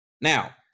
Now